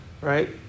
Right